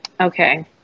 Okay